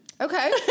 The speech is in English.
Okay